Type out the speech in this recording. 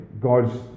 God's